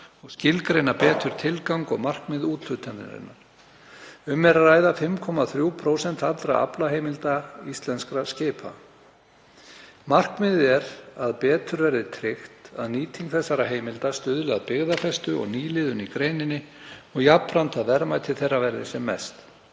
og skilgreina betur tilgang og markmið úthlutunarinnar. Um er að ræða 5,3% allra aflaheimilda íslenskra skipa. Markmiðið er að betur verði tryggt að nýting þessara heimilda stuðli að byggðafestu og nýliðun í greininni og jafnframt að verðmæti þeirra verði sem mest.